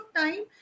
time